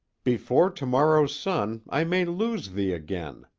before to-morrow's sun i may lose thee again.